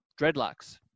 dreadlocks